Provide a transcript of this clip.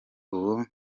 ubu